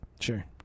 sure